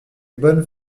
bonnes